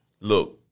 Look